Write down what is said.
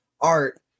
art